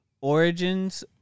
origins